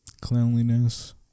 cleanliness